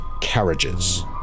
carriages